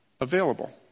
available